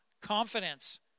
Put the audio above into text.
confidence